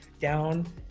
down